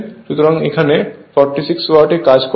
সুতরাং এখানে 46 ওয়াট এ কাজ করবে